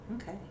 Okay